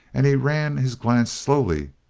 and he ran his glance slowly,